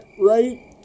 right